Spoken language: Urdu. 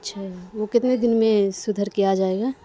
اچھا وہ کتنے دن میں سدھر کے آ جائے گا